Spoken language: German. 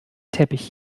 teppich